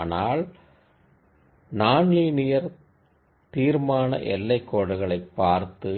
ஆனால் நான் லீனியர் தீர்மான எல்லைக் கோடுகளைப் பார்த்து